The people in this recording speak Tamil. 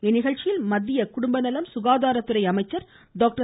இந்நிகழ்ச்சியில் மத்திய குடும்ப நல சுகதாரத்துறை அமைச்சர் டாக்டர்